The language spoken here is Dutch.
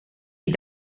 wie